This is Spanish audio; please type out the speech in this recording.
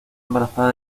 embarazada